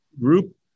group